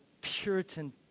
Puritan